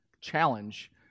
challenge